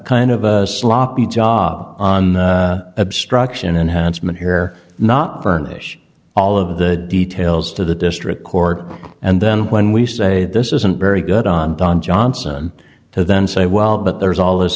kind of a sloppy job on obstruction and handsome in here not furnish all of the details to the district court and then when we say this isn't very good on don johnson to then say well but there's all this